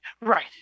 Right